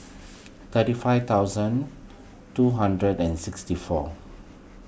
thirty five thousand two hundred and sixty four